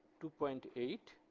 two point eight